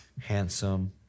handsome